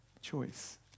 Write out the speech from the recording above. choice